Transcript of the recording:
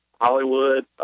Hollywood